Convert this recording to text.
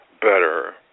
better